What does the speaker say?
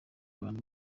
abantu